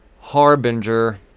Harbinger